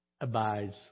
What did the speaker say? abides